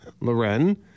Loren